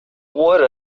what